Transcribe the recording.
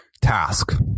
task